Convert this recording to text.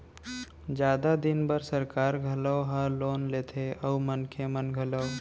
जादा दिन बर सरकार घलौ ह लोन लेथे अउ मनखे मन घलौ